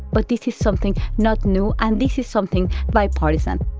but this is something not new. and this is something bipartisan.